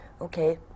Okay